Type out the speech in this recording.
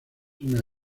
una